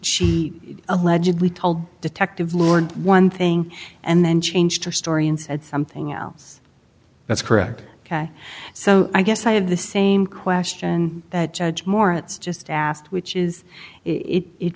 she allegedly told detective lauren one thing and then changed her story and said something else that's correct ok so i guess i have the same question that judge moore it's just asked which is it